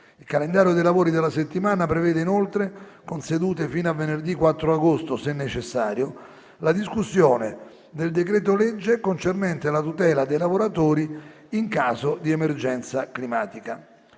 Il calendario dei lavori della settimana prevede, inoltre, con sedute fino a venerdì 4 agosto, se necessario, la discussione del decreto-legge concernente la tutela dei lavoratori in caso di emergenza climatica.